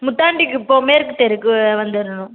முத்தாண்டிக் குப்பம் மேற்குத் தெருக்கு வந்தடணும்